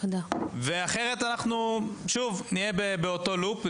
כי אחרת אנחנו נהיה שוב באותו לופ.